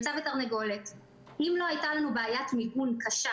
אם לא הייתה לנו בעיית מיגון קשה,